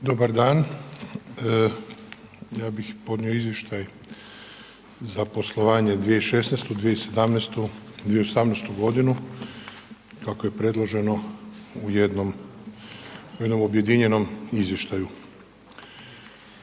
Dobar dan, ja bih podnio izvještaj za poslovanje 2016., 2017. i 2018. godinu kako je predloženo u jednom objedinjenom izvještaju.